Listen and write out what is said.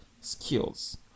skills